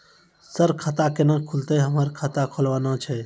Sir खाता केना खुलतै, हमरा खाता खोलवाना छै?